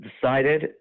decided